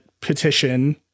petition